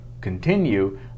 continue